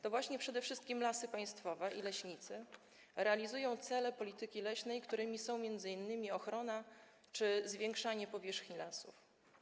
To przede wszystkim Lasy Państwowe i leśnicy realizują cele polityki leśnej, którymi są m.in. ochrona czy zwiększanie powierzchni lasów.